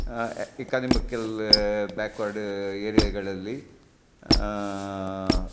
economical backward ಏರಿಯಾಗಳಲ್ಲಿ